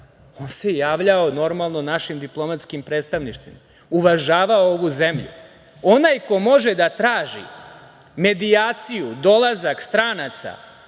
on se javljao normalno našim diplomatskim predstavništvima, uvažavao ovu zemlju. Onaj ko može da traži medijaciju, dolazak stranaca